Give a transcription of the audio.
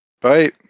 Bye